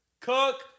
Cook